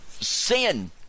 sin